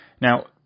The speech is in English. Now